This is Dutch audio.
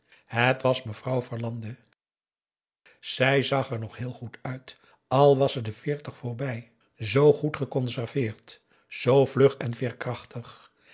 het was mevrouw verlande zij zag er nog heel goed uit al was ze de veertig voorbij zoo goed geconserveerd zoo vlug en veerkrachtig